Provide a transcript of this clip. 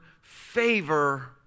favor